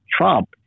Trump